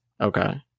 Okay